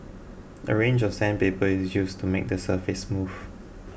a range of sandpaper is used to make the surface smooth